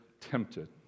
tempted